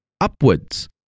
upwards